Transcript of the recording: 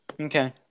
Okay